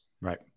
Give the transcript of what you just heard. Right